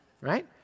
right